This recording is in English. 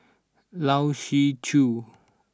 Lai Siu Chiu